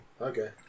okay